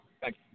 Thank